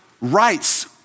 rights